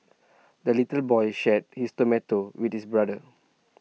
the little boy shared his tomato with his brother